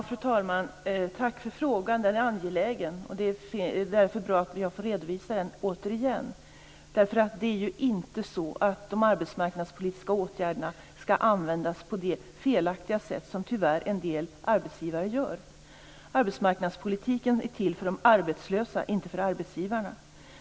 Fru talman! Tack för frågan! Den är angelägen, och det är därför bra att jag återigen får redovisa detta. De arbetsmarknadspolitiska åtgärderna skall inte användas på det felaktiga sätt som tyvärr en del arbetsgivare gör. Arbetsmarknadspolitiken är till för de arbetslösa, inte för arbetsgivarna.